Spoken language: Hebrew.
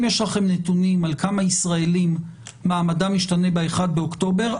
אם יש לכם נתונים על כמה ישראלים מעמדם ישתנה ב-1 באוקטובר,